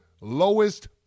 lowest